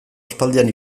aspaldian